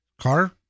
Car